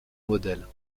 modèle